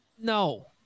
no